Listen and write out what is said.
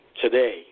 Today